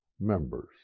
members